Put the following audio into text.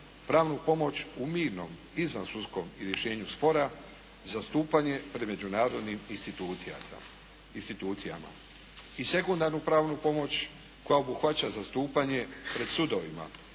pravnu pomoć u mirnom izvansudskom i rješenju spora, zastupanje pred međunarodnim institucijama. I sekundarnu pomoć koja obuhvaća zastupanje pred sudovima,